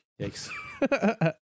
Yikes